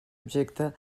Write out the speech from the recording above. objecte